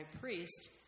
priest